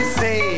say